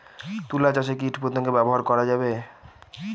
তুলা চাষে কীটপতঙ্গ ব্যবহার করা যাবে?